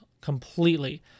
completely